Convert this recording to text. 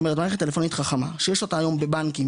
זאת אומרת מערכת טלפונית חכמה שיש אותה היום בבנקים,